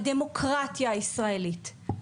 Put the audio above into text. בדמוקרטיה הישראלית,